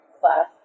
class